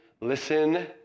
listen